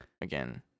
Again